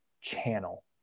channel